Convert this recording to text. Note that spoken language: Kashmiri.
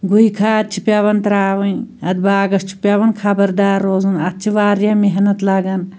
گوہہِ کھاد چھِ پیٚوان ترٛاوٕنۍ اَتھ باغَس چھُ پیٚوان خبردار روزُن اَتھ چھِ واریاہ محنت لَگان